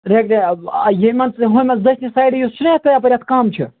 ترٛےٚ گٔیاوس بہٕ ییٚمہِ اَنٛدٕ ہوٚمہِ منٛز دٔچھنہِ سایڈٕ یُس چھُناہ یتھ یَپٲرۍ اَتھ کَم چھُ